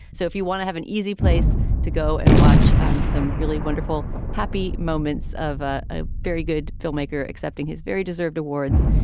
so if you want to have an easy place to go and watch um some really wonderful happy moments of a ah very good filmmaker accepting his very deserved awards,